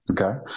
Okay